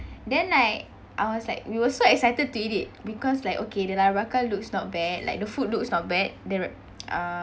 then like I was like we were so excited to eat it because like okay the la barca looks not bad like the food looks not bad there w~ uh